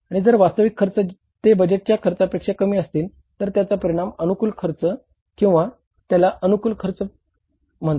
आणि जर वास्तविक खर्च ते बजेटच्या खर्चापेक्षा कमी असतील तर त्याचा परिणाम अनुकूल खर्च म्हणतात